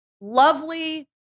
lovely